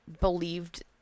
believed